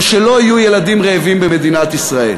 הוא שלא יהיו ילדים רעבים במדינת ישראל.